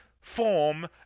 form